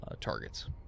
targets